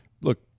Look